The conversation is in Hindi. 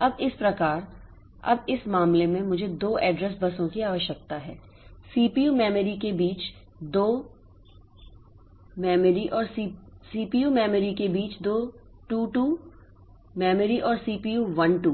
अब इस प्रकार अब इस मामले में मुझे दो एड्रेस बसों की आवश्यकता है सीपीयू 12 मेमोरी और सीपीयू 22 मेमोरी के बीच दो